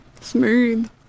smooth